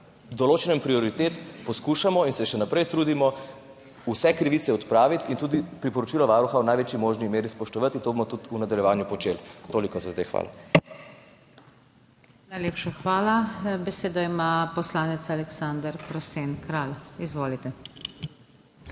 določanjem prioritet poskušamo in se še naprej trudimo vse krivice odpraviti in tudi priporočila Varuha v največji možni meri spoštovati. To bomo tudi v nadaljevanju počeli. Toliko za zdaj. Hvala. **PODPREDSEDNICA NATAŠA SUKIČ:** Najlepša hvala. Besedo ima poslanec Aleksander Prosen Kralj. Izvolite.